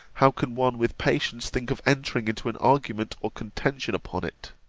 how can one with patience think of entering into an argument or contention upon it